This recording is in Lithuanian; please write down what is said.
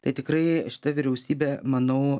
tai tikrai šita vyriausybė manau